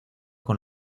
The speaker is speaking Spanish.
con